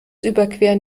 überqueren